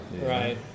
right